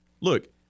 look